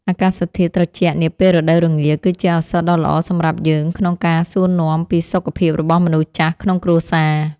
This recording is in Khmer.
អាកាសធាតុត្រជាក់នាពេលរដូវរងា គឺជាឱកាសដ៏ល្អសម្រាប់យើងក្នុងការសួរនាំពីសុខភាពរបស់មនុស្សចាស់ក្នុងគ្រួសារ។